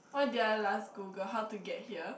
what they are last Google how to get here